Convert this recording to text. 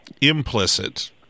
implicit